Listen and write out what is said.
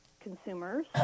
consumers